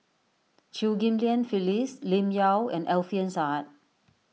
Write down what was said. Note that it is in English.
Chew Ghim Lian Phyllis Lim Yau and Alfian Sa'At